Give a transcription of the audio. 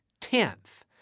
tenth